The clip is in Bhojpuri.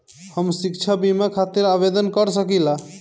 हम शिक्षा बीमा खातिर आवेदन कर सकिला?